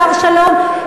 השר שלום?